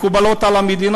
האם הן מקובלות על המדינה?